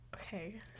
okay